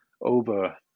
over